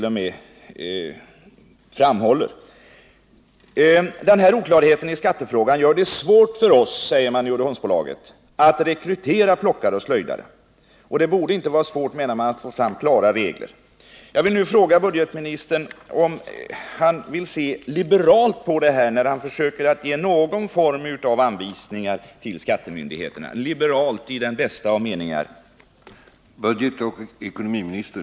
Och denna oklarhet i skattefrågan gör det svårt, säger man i Uddeholmsbolaget, att rekrytera plockare och slöjdare. Man menar emellertid att det inte borde vara svårt att skapa klara regler. Jag vill nu fråga budgetministern om han vill se liberalt på detta när han försöker ge någon form av anvisningar till skattemyndigheterna — liberalt i den bästa av meningar.